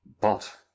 But—